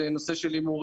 אם זה נושא של הימורים,